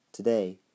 Today